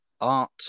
art